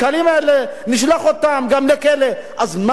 אז מה אתם רוצים שהאנשים האלה יעשו?